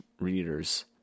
readers